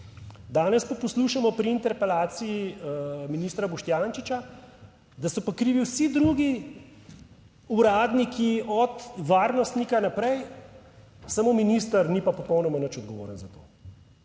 Danes pa poslušamo pri interpelaciji ministra Boštjančiča, da so pa krivi vsi drugi, uradniki od varnostnika naprej, samo minister ni pa popolnoma nič odgovoren za to.